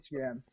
Instagram